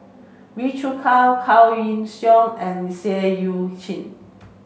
Wee Cho Kaw Kaw and Seah Eu Chin